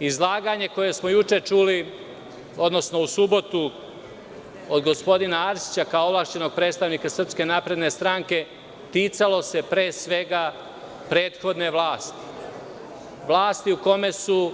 Izlaganje, koje smo juče čuli, odnosno u subotu, od gospodina Arsića, kao ovlašćenog predstavnika SNS, ticalo se pre svega prethodne vlasti, vlasti u kome su